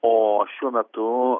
o šiuo metu